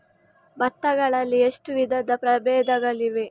ಭತ್ತ ಗಳಲ್ಲಿ ಎಷ್ಟು ವಿಧದ ಪ್ರಬೇಧಗಳಿವೆ?